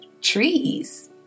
trees